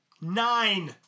Nine